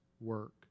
work